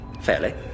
Fairly